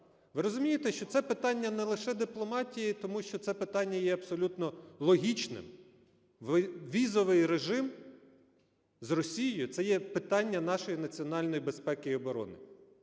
Ви розумієте, що це питання не лише дипломатії, тому що це питання є абсолютно логічним. Візовий режим з Росією – це є питання нашої національної безпеки і оборони.